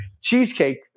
cheesecake